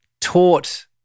taught